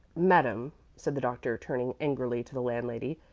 madame, said the doctor, turning angrily to the landlady,